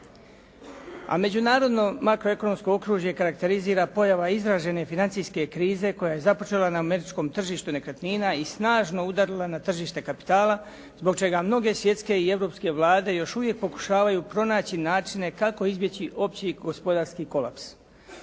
A međunarodno makroekonomsko okružje karakterizira pojava izražene financijske krize koja je započela na američkom tržištu nekretnina i snažno udarila na tržište kapitala zbog čega mnoge svjetske i europske vlade još uvijek pokušavaju pronaći načine kako izbjeći opći, gospodarski kolaps.